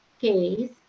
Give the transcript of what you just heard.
case